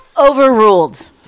Overruled